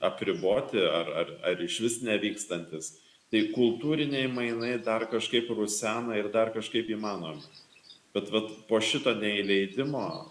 apriboti ar ar ar išvis nevykstantys tai kultūriniai mainai dar kažkaip ruseno ir dar kažkaip įmanomi bet vat po šito neįleidimo